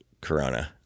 Corona